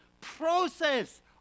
process